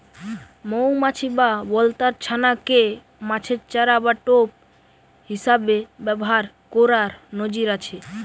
মউমাছি বা বলতার ছানা কে মাছের চারা বা টোপ হিসাবে ব্যাভার কোরার নজির আছে